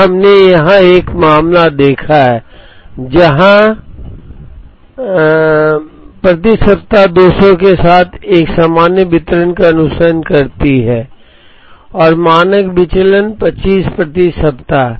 अब हमने यहां एक मामला देखा है जहां संदर्भ समय 3148 मांग प्रति सप्ताह 200 के साथ एक सामान्य वितरण का अनुसरण करती है संदर्भ समय 2925 और मानक विचलन 25 प्रति सप्ताह